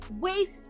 waste